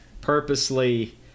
purposely